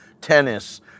tennis